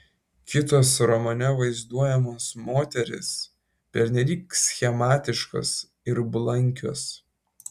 kitos romane vaizduojamos moterys pernelyg schematiškos ir blankios